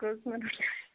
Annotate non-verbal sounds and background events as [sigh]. [unintelligible]